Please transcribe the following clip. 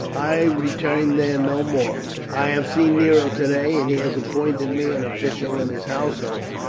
i return there no more. i have seen nero today, and he has appointed me an official in his household.